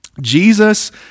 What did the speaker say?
Jesus